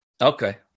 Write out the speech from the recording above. okay